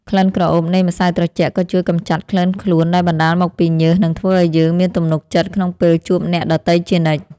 ក្លិនក្រអូបនៃម្សៅត្រជាក់ក៏ជួយកម្ចាត់ក្លិនខ្លួនដែលបណ្ដាលមកពីញើសនិងធ្វើឱ្យយើងមានទំនុកចិត្តក្នុងពេលជួបអ្នកដទៃជានិច្ច។